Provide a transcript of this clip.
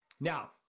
now